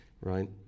right